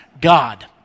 God